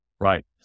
Right